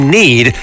need